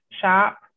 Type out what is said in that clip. shop